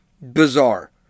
bizarre